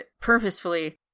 purposefully